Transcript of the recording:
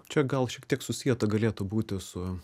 čia gal šiek tiek susieta galėtų būti su